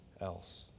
else